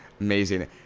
Amazing